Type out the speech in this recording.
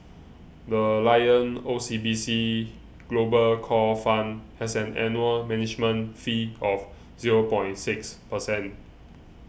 the Lion O C B C Global Core Fund has an annual management fee of zero point six percent